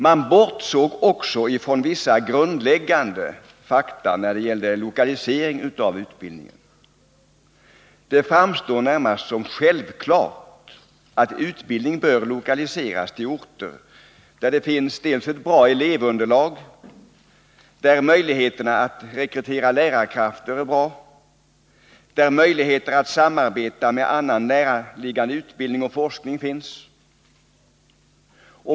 Man bortsåg också från vissa grundläggande fakta när det gällde lokaliseringen av utbildningen. Det framstår närmast som självklart att utbildning bör lokaliseras till orter där det finns ett bra elevunderlag, där möjligheterna att rekrytera lärarkrafter är goda och där det ges tillfälle att samarbeta med annan, näraliggande utbildning och forskning.